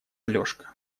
алешка